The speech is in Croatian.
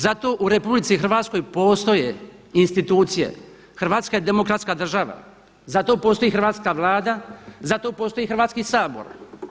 Zato u RH postoje institucije, Hrvatska je demokratska država, za to postoji hrvatska Vlada, zato postoji Hrvatski sabor.